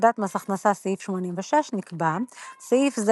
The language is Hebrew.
בפקודת מס הכנסה סעיף 86 נקבע סעיף זה